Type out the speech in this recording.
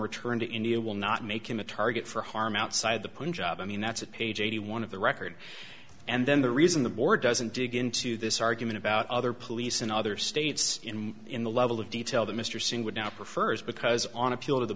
return to india will not make him a target for harm outside the punjab i mean that's a page eighty one of the record and then the reason the board doesn't dig into this argument about other police in other states and in the level of detail that mr singh would now prefers because on appeal to the